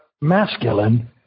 masculine